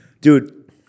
Dude